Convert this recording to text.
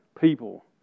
people